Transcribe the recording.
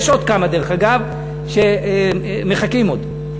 יש עוד כמה, דרך אגב, שמחכים עוד.